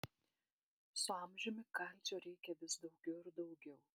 su amžiumi kalcio reikia vis daugiau ir daugiau